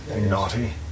Naughty